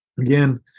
again